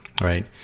right